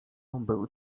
był